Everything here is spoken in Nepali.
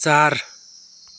चार